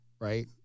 Right